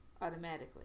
automatically